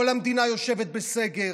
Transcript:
כל המדינה יושבת בסגר,